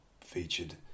featured